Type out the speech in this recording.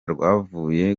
rwavuye